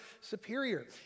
superior